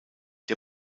der